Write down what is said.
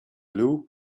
blue